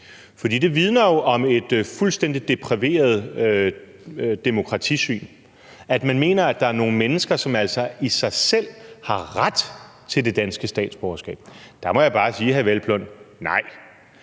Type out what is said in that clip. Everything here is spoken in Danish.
For det vidner jo om et fuldstændig depraveret demokratisyn, at man mener, at der er nogle mennesker, som altså i sig selv har ret til det danske statsborgerskab. Der må jeg bare sige, hr. Peder Hvelplund: Nej,